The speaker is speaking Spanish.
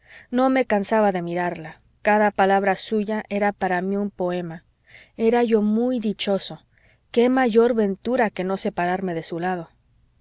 no me cansaba de mirarla cada palabra suya era para mí un poema era yo muy dichoso qué mayor ventura que no separarme de su lado